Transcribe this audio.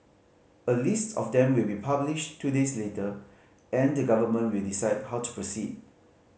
a list of them will be published two days later and the government will decide how to proceed